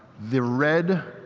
the red,